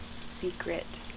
secret